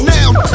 Now